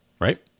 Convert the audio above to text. right